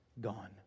gone